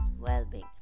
well-being